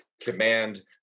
command